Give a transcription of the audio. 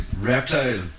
reptile